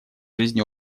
жизни